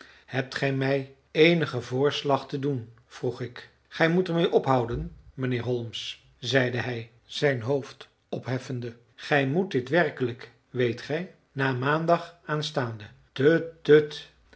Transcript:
hebt gij mij eenigen voorslag te doen vroeg ik gij moet er mee ophouden mijnheer holmes zeide hij zijn hoofd opheffende gij moet dit werkelijk weet gij na maandag a s tut